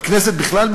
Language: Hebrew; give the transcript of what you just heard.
בכנסת בכלל,